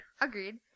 agreed